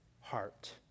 heart